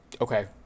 Okay